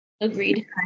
Agreed